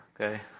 Okay